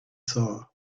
saw